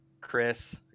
Chris